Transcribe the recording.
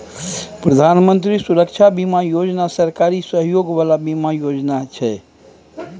प्रधानमंत्री सुरक्षा बीमा योजना सरकारी सहयोग बला बीमा योजना छै